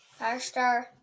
Firestar